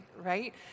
right